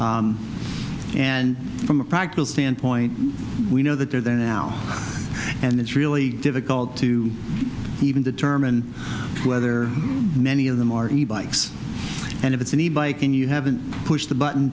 and from a practical standpoint we know that they're there now and it's really difficult to even determine whether many of the marquis bikes and if it's in the bike and you haven't pushed the button